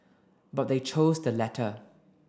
but they chose the latter